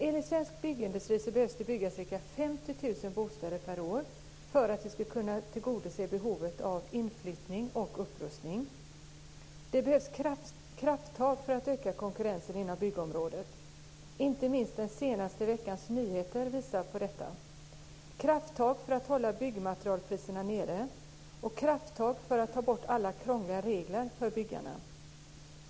Enligt svensk byggindustri behöver det byggas ca 50 000 bostäder per år för att vi ska kunna tillgodose behovet av inflyttning och upprustning. Det behövs krafttag för att öka konkurrensen inom byggområdet. Inte minst den senaste veckans nyheter visar på detta. Det behövs krafttag för att hålla byggmaterialpriserna nere och krafttag för att ta bort alla krångliga regler för byggarna.